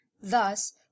Thus